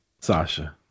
Sasha